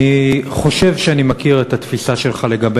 אני חושב שאני מכיר את התפיסה שלך לגבי